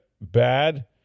bad